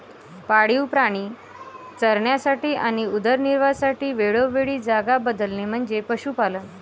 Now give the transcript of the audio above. पाळीव प्राणी चरण्यासाठी आणि उदरनिर्वाहासाठी वेळोवेळी जागा बदलणे म्हणजे पशुपालन